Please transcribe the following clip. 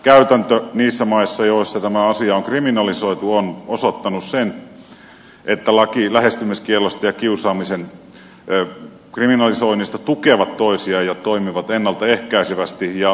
käytäntö niissä maissa joissa tämä asia on kriminalisoitu on osoittanut sen että lait lähestymiskiellosta ja kiusaamisen kriminalisoinnista tukevat toisiaan ja toimivat ennalta ehkäisevästi